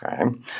Okay